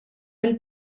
mill